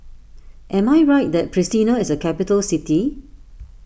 am I right that Pristina is a capital city